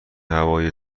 هوای